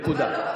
נקודה.